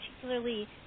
particularly